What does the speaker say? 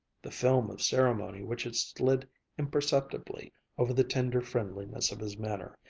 the film of ceremony which had slid imperceptibly over the tender friendliness of his manner,